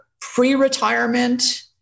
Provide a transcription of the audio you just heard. pre-retirement